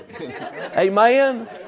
Amen